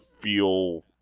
feel